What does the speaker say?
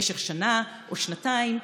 במשך שנה או שנתיים.